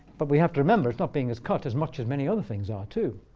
but we have to remember, it's not being as cut as much as many other things are too.